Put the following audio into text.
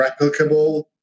replicable